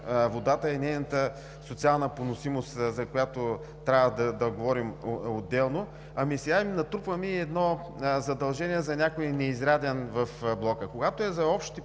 водата и нейната социална поносимост, за която трябва да говорим отделно, ами сега им натрупваме и едно задължение за някой неизряден в блока. Когато е за общите